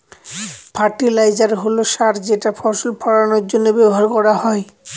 fertiliser হল সার যেটা ফসল ফলানের জন্য ব্যবহার করা হয়